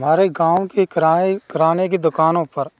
हमारे गाँव के किराए किराने की दुकानों पर